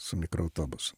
su mikroautobusu